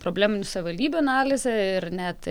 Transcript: probleminių savivaldybių analizę ir net